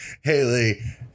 Haley